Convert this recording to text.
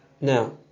Now